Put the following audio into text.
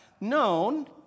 known